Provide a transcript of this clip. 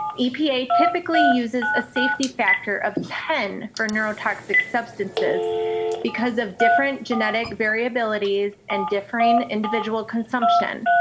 epa typically uses a safety factor of ten for neurotoxic substances because of different genetic variabilities and differing individual consumption.